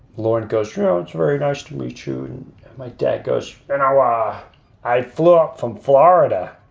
lauren ghostwrote. very nice to meet you. and my dad goes and um ah i flew up from florida